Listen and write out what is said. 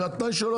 זה התנאי שלו,